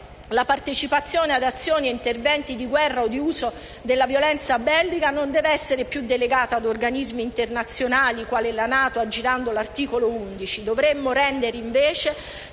la partecipazione ad azioni ed interventi di guerra o l'uso della violenza bellica non devono essere più delegati ad organismi internazionali come la NATO, aggirando l'articolo 11 della Costituzione.